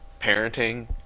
parenting